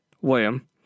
William